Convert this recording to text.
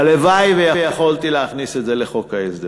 הלוואי שיכולתי להכניס את זה לחוק ההסדרים.